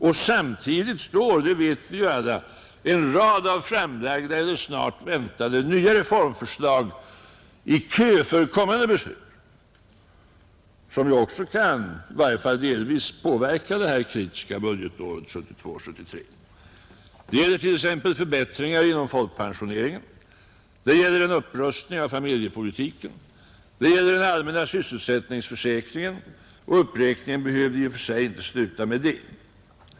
Och samtidigt står — det vet vi ju alla — en rad av framlagda eller snart väntade nya reformförslag i kö för kommande beslut som ju också kan, i varje fall delvis, påverka det här kritiska budgetåret 1972/73. Det gäller t.ex. förbättringar inom folkpensioneringen, det gäller en upprustning av familjepolitiken, det gäller den allmänna sysselsättningsförsäkringen, och uppräkningen behöver i och för sig inte sluta med det.